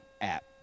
app